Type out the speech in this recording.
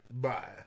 Bye